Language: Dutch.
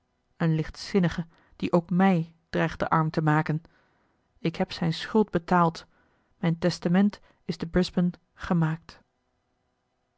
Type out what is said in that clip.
een lichtzinnige die ook mij dreigde arm te maken ik heb zijne schuld betaald mijn testament is te brisbane gemaakt